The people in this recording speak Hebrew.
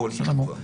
אזהרה חשוב.